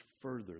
further